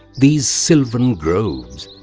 these sylvan groves,